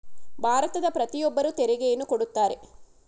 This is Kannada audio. ಭಾರತದ ಪ್ರತಿಯೊಬ್ಬರು ತೆರಿಗೆಯನ್ನು ಕೊಡುತ್ತಾರೆ